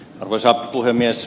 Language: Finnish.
arvoisa puhemies